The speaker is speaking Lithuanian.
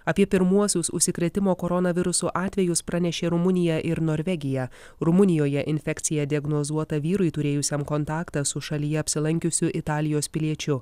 apie pirmuosius užsikrėtimo koronavirusu atvejus pranešė rumunija ir norvegija rumunijoje infekcija diagnozuota vyrui turėjusiam kontaktą su šalyje apsilankiusiu italijos piliečiu